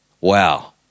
Wow